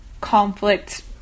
conflict